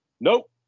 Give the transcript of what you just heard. nope